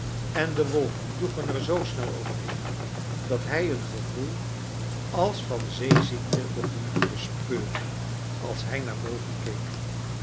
en de wolken joegen er zoo snel overheen dat hij een gevoel als van zeeziekte begon te bespeuren als hij naar boven keek